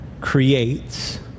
creates